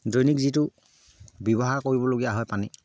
দৈনিক যিটো ব্যৱহাৰ কৰিবলগীয়া হয় পানী